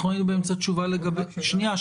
אנחנו היינו באמצע תשובה לגבי ------ שנייה,